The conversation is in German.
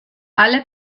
alle